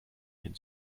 den